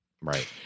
Right